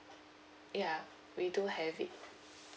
ya we do have it